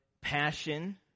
passion